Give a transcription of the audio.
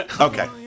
Okay